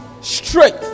straight